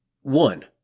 one